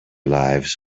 lives